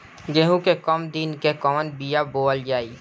गेहूं के कम दिन के कवन बीआ बोअल जाई?